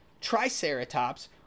Triceratops